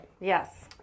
Yes